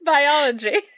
Biology